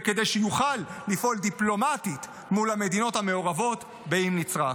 וכדי שיוכל לפעול דיפלומטית מול המדינות המעורבות אם נצרך.